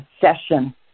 session